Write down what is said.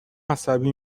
عصبی